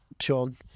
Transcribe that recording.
Sean